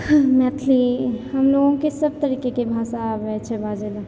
मैथिली हम लोगोके सब तरीकेके भाषा आबय छै बाजय लए